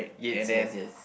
Yates yes yes